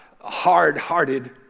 hard-hearted